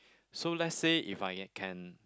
so let's say if I can